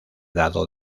dado